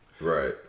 right